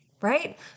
right